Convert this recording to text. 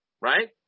Right